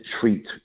treat